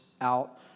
out